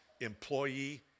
employee